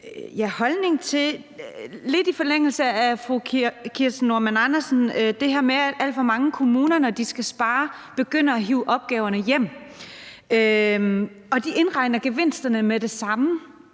holdning til – lidt i forlængelse af fru Kirsten Normann Andersens indlæg – det her med, at alt for mange kommuner, når de skal spare, begynder at hive opgaverne hjem, og at de indregner gevinsterne med det samme.